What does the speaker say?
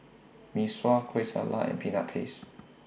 Mee Sua Kueh Salat and Peanut Paste